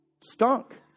stunk